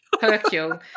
Hercule